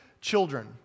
children